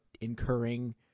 incurring